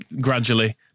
gradually